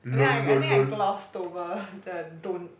and then I I think I glossed over the don't